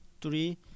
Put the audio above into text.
three